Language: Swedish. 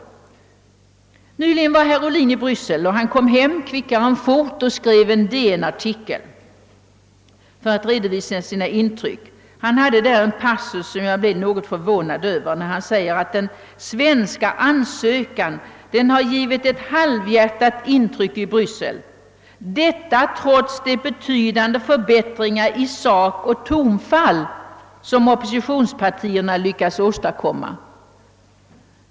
Nyligen var herr Ohlin i Bryssel men kom hem fortare än kvickt och skrev en DN-artikel för att redovisa sina intryck. Det finns en passus i artikeln som jag blev något förvånad över. Herr Ohlin skrev, att den svenska ansökan har givit »ett halvhjärtat intryck» i Bryssel — detta trots de betydande förbättringar »i sak och tonfall, som oppositionspartierna lyckats åstadkomma».